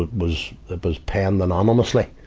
ah was but penned anonymously,